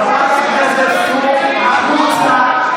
חבר הכנסת בן גביר, קריאה ראשונה.